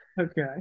Okay